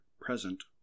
present